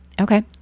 Okay